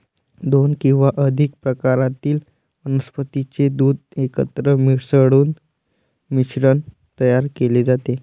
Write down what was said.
दोन किंवा अधिक प्रकारातील वनस्पतीचे दूध एकत्र मिसळून मिश्रण तयार केले जाते